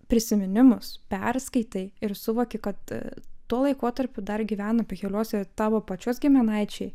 prisiminimus perskaitai ir suvoki kad tuo laikotarpiu dar gyveno pikeliuose tavo pačios giminaičiai